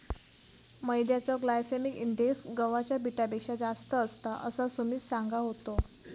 मैद्याचो glycemic index गव्हाच्या पिठापेक्षा जास्त असता, असा सुमित सांगा होतो